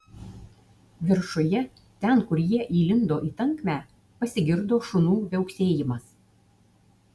viršuje ten kur jie įlindo į tankmę pasigirdo šunų viauksėjimas